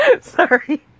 sorry